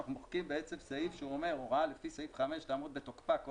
אנחנו מוחקים סעיף שאומר "הוראה לפי סעיף (5) תעמוד בתוקפה כל